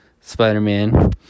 Spider-Man